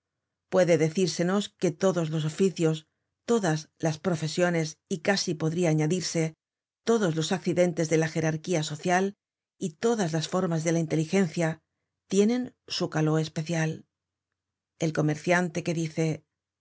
puede decírsenos que todos los oficios todas las profesiones y casi podria añadirse todos los accidentes de la gerarquía social y todas las formas de la inteligencia tienen su caló especial el comerciante que dice